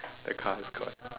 the car is gone